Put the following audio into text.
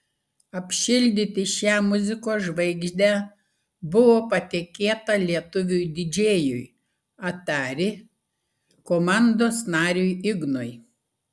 apšildyti šią muzikos žvaigždę buvo patikėta lietuviui didžėjui atari komandos nariui ignui